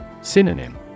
Synonym